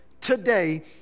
Today